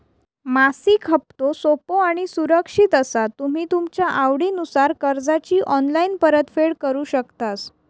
मासिक हप्तो सोपो आणि सुरक्षित असा तुम्ही तुमच्या आवडीनुसार कर्जाची ऑनलाईन परतफेड करु शकतास